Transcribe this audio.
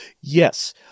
Yes